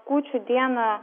kūčių dieną